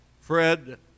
Fred